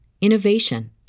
innovation